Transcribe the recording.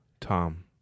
Tom